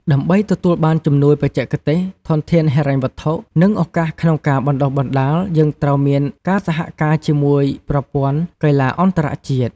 ដើម្បីទទួលបានជំនួយបច្ចេកទេស ធនធានហិរញ្ញវត្ថុ និងឱកាសក្នុងការបណ្តុះបណ្តាល យើងត្រូវមានការសហការជាមួយប្រព័ន្ធកីទ្បាអន្តរជាតិ។